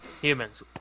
Humans